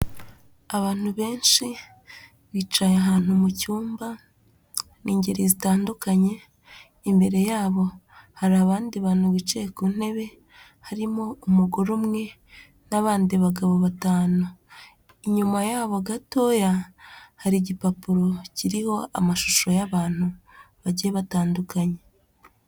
Abantu benshi bicaye ahantu mu cyumba ni ingeri zitandukanye, imbere yabo hari abandi bantu bicaye ku ntebe harimo umugore umwe n'abandi bagabo batanu, inyuma yabo gatoya hari igipapuro kiriho amashusho y'abantu bagiye batandukanye.